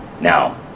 Now